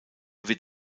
wird